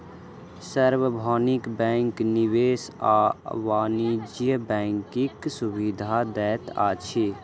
सार्वभौमिक बैंक निवेश आ वाणिज्य बैंकक सुविधा दैत अछि